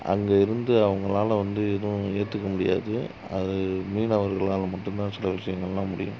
அங்கே இருந்து அவங்களால் வந்து எதுவும் ஏற்றுக்க முடியாது அது மீனவர்களால் மட்டுந்தான் சில விஷயங்கள்லாம் முடியும்